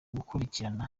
ugukurikirana